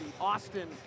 Austin